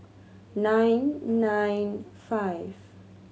nine nine five